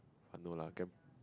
err no lah gram